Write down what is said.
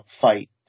fight